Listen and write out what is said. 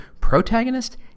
protagonist